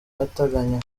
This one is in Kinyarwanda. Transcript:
ateganya